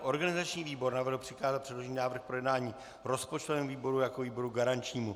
Organizační výbor navrhl přikázat předložený návrh k projednání rozpočtovému výboru jako výboru garančnímu.